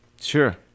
Sure